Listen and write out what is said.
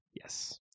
Yes